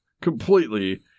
Completely